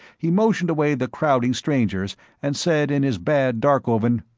he motioned away the crowding strangers and said in his bad darkovan,